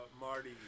Marty